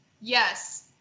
Yes